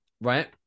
right